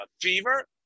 fever